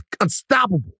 unstoppable